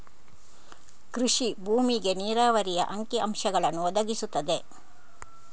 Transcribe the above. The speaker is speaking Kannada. ಕೃಷಿ ಭೂಮಿಗೆ ನೀರಾವರಿಯ ಅಂಕಿ ಅಂಶಗಳನ್ನು ಒದಗಿಸುತ್ತದೆ